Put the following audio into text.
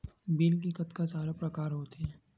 Bill के कतका सारा प्रकार होथे?